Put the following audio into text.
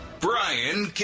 Brian